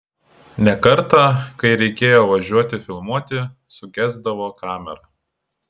ne kartą kai reikėjo važiuoti filmuoti sugesdavo kamera